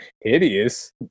hideous